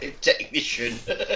technician